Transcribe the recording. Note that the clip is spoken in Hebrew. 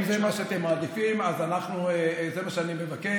אם זה מה שאתם מעדיפים, אז זה מה שאני מבקש.